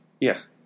yes